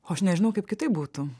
o aš nežinau kaip kitaip būtų